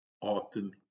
often